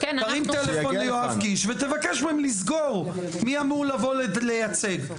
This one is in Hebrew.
תרים טלפון ליואב קיש ותבקש מהם לסגור מי אמור לבוא לייצג.